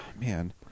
man